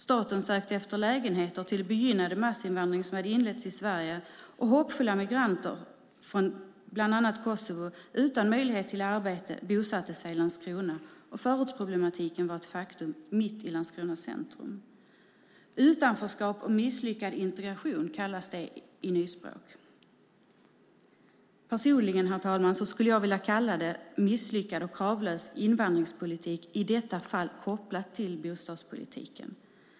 Staten sökte efter lägenheter till den begynnande massinvandring som hade inletts i Sverige. Hoppfulla migranter från bland annat Kosovo utan möjlighet till arbete bosatte sig i Landskrona, och förortsproblematiken var ett faktum i Landskronas centrum. Utanförskap och misslyckad integration, kallas det i nyspråk. Personligen, herr talman, skulle jag vilja kalla det en misslyckad och kravlös invandringspolitik, i detta fall kopplad till bostadspolitiken.